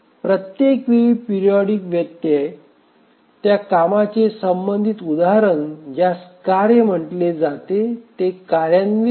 प्रत्येक वेळी पिरिऑडिक व्यत्यय त्या कामाचे संबंधित उदाहरण ज्यास कार्य म्हटले जाते ते कार्यान्वित करण्यास तयार होते